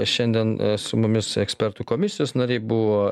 šiandien su mumis ekspertų komisijos nariai buvo